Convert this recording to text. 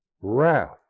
wrath